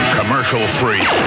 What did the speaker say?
commercial-free